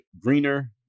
greener